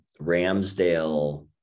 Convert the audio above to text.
Ramsdale